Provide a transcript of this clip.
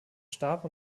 starb